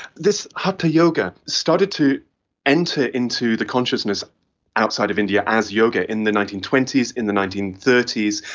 this hatha yoga started to enter into the consciousness outside of india as yoga in the nineteen twenty s, in the nineteen thirty s,